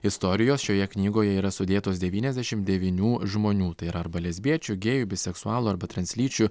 istorijos šioje knygoje yra sudėtos devyniasdešim devynių žmonių tai yra arba lesbiečių gėjų biseksualų arba translyčių